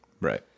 Right